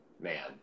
Man